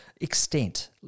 extent